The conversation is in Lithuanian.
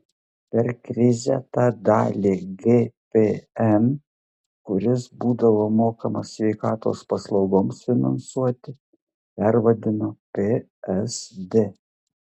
per krizę tą dalį gpm kuris būdavo mokamas sveikatos paslaugoms finansuoti pervadino psd